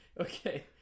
Okay